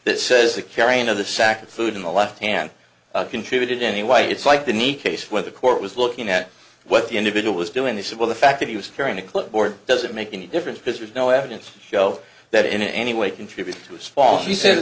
that says the carrying of the sack of food in the left hand contributed any why it's like the need case where the court was looking at what the individual was doing these well the fact that he was carrying a clipboard doesn't make any difference because there's no evidence to show that in any way contributed to his fall he said th